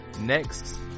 next